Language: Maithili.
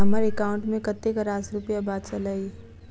हम्मर एकाउंट मे कतेक रास रुपया बाचल अई?